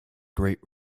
great